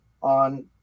on